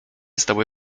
stały